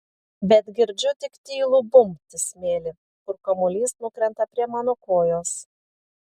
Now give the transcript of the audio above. bet girdžiu tik tylų bumbt į smėlį kur kamuolys nukrenta prie mano kojos